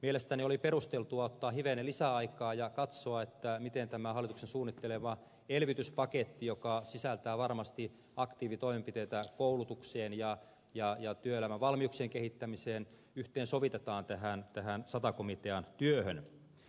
mielestäni oli perusteltua ottaa hivenen lisäaikaa ja katsoa miten tämä hallituksen suunnittelema elvytyspaketti joka sisältää varmasti aktiivitoimenpiteitä koulutukseen ja työelämän valmiuksien kehittämiseen yhteensovitetaan tähän sata komitean työhön